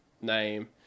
name